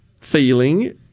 feeling